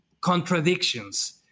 contradictions